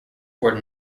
were